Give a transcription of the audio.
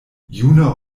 juna